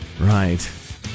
Right